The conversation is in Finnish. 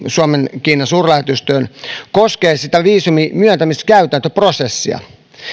suomen kiinan suurlähetystöön pekingiin koskee sitä viisumin myöntämiskäytäntöä ja prosessia